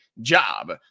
job